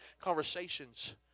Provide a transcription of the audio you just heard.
conversations